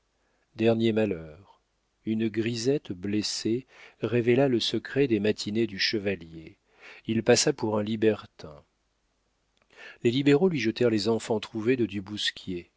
dernier malheur une grisette blessée révéla le secret des matinées du chevalier il passa pour un libertin les libéraux lui jetèrent les enfants trouvés de du